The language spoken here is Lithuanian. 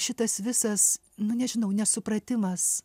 šitas visas nu nežinau nesupratimas